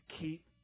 keep